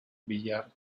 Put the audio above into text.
villar